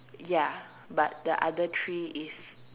ya but the other three is